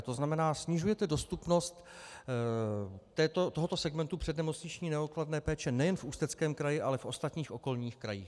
To znamená, snižujete dostupnost tohoto segmentu přednemocniční neodkladné péče nejen v Ústeckém kraji, ale v ostatních okolních krajích.